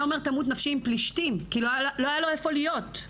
היה אומר תמות נפשי עם פלישתים כי לא היה לו איפה להיות.